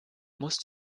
musst